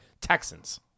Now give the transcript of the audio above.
texans